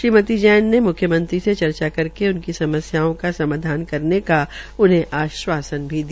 श्रीमती जैन ने मुख्यमंत्री ने चर्चा करके उनकी समस्याओं की समाधान का आश्वासन भी दिया